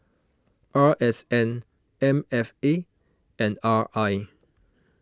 R S N M F A and R I